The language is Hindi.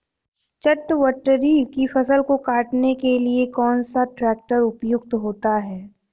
चटवटरी की फसल को काटने के लिए कौन सा ट्रैक्टर उपयुक्त होता है?